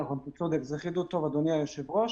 נכון, אתה צודק, זה חידוד טוב, אדוני היושב-ראש.